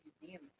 museum